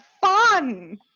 fun